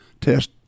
test